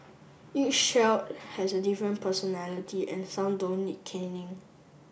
each shall has a different personality and some don't need caning